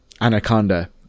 Anaconda